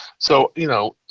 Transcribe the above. so, you know,